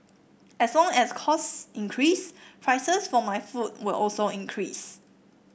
as long as cost increase prices for my food will also increase